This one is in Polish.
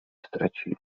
stracili